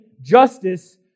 justice